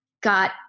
got